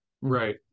Right